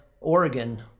Oregon